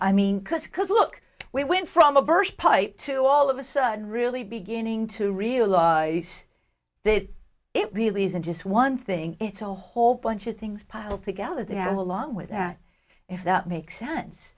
i mean because because look we went from a burst pipe to all of a sudden really beginning to realize that it really isn't just one thing it's a whole bunch of things piled together to have along with that if that makes sense